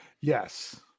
Yes